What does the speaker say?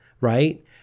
right